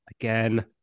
Again